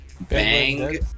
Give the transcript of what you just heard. bang